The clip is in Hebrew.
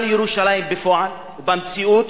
אבל בפועל ובמציאות,